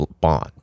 bond